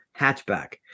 hatchback